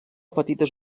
petites